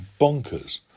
bonkers